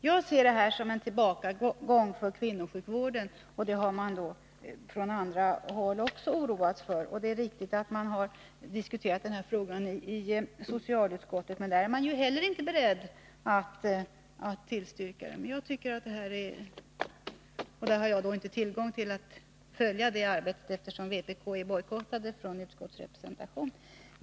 Jag ser denna indragning som en tillbakagång för kvinnosjukvården, och det har man oroat sig för också från andra håll. Det är riktigt att socialutskottet har diskuterat frågan, men inte heller utskottet är berett att tillstyrka att tjänsten är kvar. Och jag har inte möjlighet att följa det arbetet, eftersom vpk är bojkottat från utskottsrepresentation.